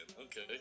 okay